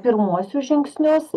pirmuosius žingsnius